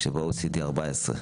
כשב-OECD מכניסים כ-14.